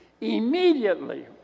immediately